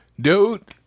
Dude